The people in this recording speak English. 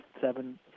seven